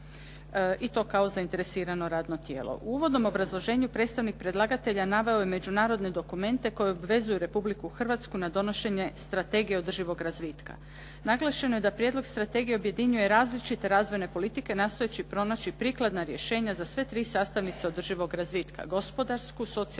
i to kao zainteresirano radno tijelo. U uvodnom obrazloženju predstavnik predlagatelja naveo je međunarodne dokumente koji obvezuju Republiku Hrvatsku na donošenje Strategije održivog razvitka. Naglašeno je da prijedlog strategije objedinjuje različite razvojne politike nastojeći pronaći prikladna rješenja za sve tri sastavnice održivog razvitka: gospodarsku, socijalnu